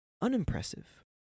unimpressive